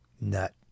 nut